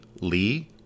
Lee